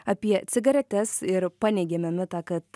apie cigaretes ir paneigėme mitą kad